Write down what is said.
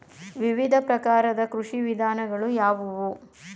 ವಿವಿಧ ಪ್ರಕಾರದ ಕೃಷಿ ವಿಧಾನಗಳು ಯಾವುವು?